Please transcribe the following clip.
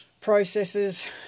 processes